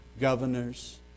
governors